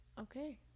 okay